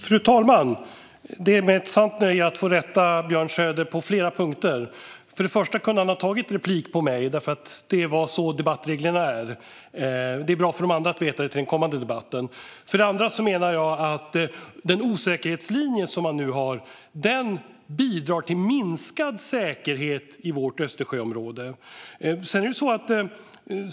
Fru talman! Det är mig ett sant nöje att få rätta Björn Söder på flera punkter. För det första kunde han ha tagit replik på mig, för så är debattreglerna. Detta kan vara bra för andra att veta i den kommande debatten. För det andra menar jag att den osäkerhetslinje som man nu har bidrar till minskad säkerhet i vårt Östersjöområde.